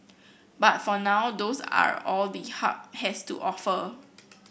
but for now those are all the Hub has to offer